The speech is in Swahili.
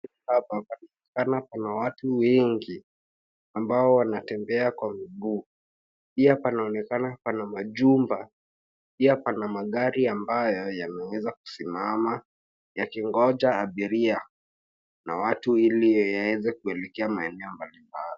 Hapa panaonekana pana watu wengi ambao wanatembea kwa miguu. Pia panaonekana pana majumba. Pia pana magari ambayo yameweza kusimama yakingonja abiria na watu ili yaeze kuelekea maeneo mbalimbali.